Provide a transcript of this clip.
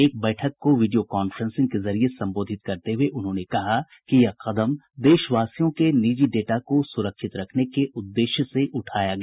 एक बैठक को वीडियो कांफ्रेंसिंग के जरिए संबोधित करते हुए उन्होंने कहा कि यह कदम देशवासियों के निजी डेटा को सुरक्षित रखने के उद्देश्य से उठाया गया